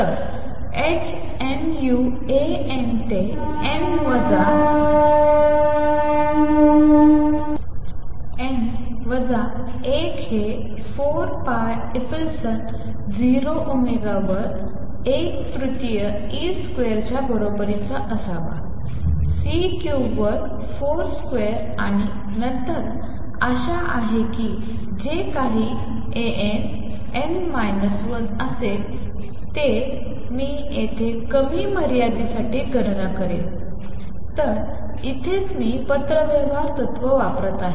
तर h nu A n ते n वजा 1 हे 4 pi epsilon 0 ओमेगा वर 1 तृतीय ई स्क्वेअर च्या बरोबरीचा असावा C क्यूब्ड वर 4 स्क्वेअर आणि नंतर आशा आहे की जे काही an n minus 1 असेल मी येथे कमी मर्यादे साठी गणना करतो तर येथेच मी पत्रव्यवहार तत्त्व वापरत आहे